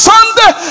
Sunday